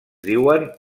diuen